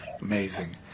amazing